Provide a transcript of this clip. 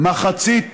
מחצית